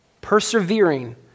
persevering